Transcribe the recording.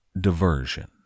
Diversion